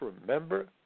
remember